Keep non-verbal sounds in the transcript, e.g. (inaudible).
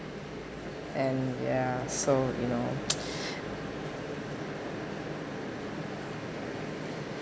and ya so you know (noise)